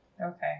Okay